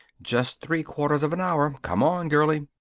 just three quarters of an hour. come on, girlie.